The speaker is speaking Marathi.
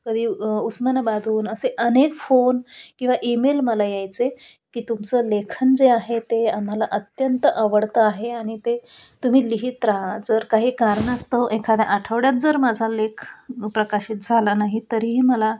कधी उस्मानबादहून असे अनेक फोन किंवा ईमेल मला यायचे की तुमचं लेखन जे आहे ते आम्हाला अत्यंत आवडतं आहे आणि ते तुम्ही लिहित राहा जर काही कारणास्तव एखाद्या आठवड्यात जर माझा लेख प्रकाशित झाला नाही तरीही मला